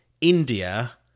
India